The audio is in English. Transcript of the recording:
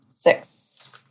Six